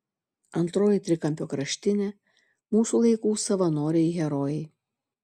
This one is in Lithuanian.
antroji trikampio kraštinė mūsų laikų savanoriai herojai